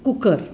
cooker